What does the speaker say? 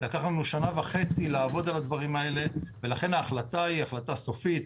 לקח לנו שנה וחצי לעבוד על הדברים האלה ולכן ההחלטה היא החלטה סופית.